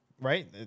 Right